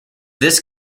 this